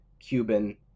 Cuban